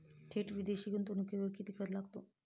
थेट विदेशी गुंतवणुकीवर किती कर लागतो?